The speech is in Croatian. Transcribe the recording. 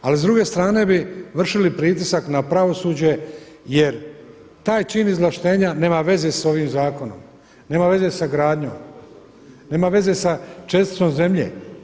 Ali s druge strane bi vršili pritisak na pravosuđe jer taj čin izvlaštenja nema veze sa ovim zakonom, nema veze sa gradnjom, nema veze sa česticom zemlje.